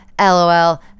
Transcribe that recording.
LOL